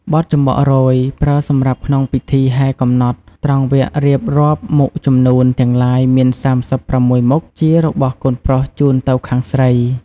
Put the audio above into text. បទចំបក់រោយ ប្រើសម្រាប់ក្នុងពិធីហែកំណត់ ត្រង់វគ្គរៀបរាប់មុខជំនូនទាំងឡាយមាន៣៦មុខជារបស់កូនប្រុសជូនទៅខាងស្រី។